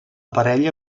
parella